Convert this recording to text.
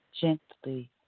Gently